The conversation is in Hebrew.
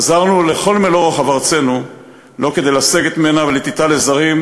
חזרנו לכל מלוא רוחב ארצנו לא כדי לסגת ממנה ולתיתה לזרים,